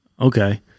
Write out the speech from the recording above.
Okay